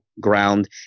ground